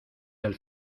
del